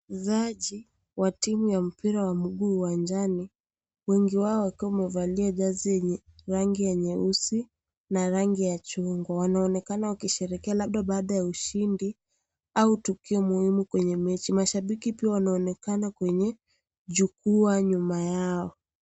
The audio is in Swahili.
Wachezaji wa timu ya mpira wa mguu uwanjani , wengi wao wakiwa wamevalia jezi yenye rangi ya nyeusi na rangi ya chungwa wanaonekana wakisherehekea labda baada ya ushindi au tukio muhimu kwenye mechi mashabiki wanaonekana kwenye jukua nyuma yao.